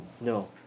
No